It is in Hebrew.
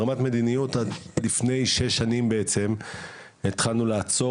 ברמת מדיניות לפני שש שנים בעצם התחלנו לעצור